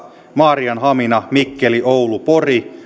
maarianhamina mikkeli oulu pori